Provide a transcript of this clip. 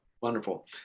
Wonderful